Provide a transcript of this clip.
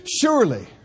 surely